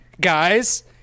guys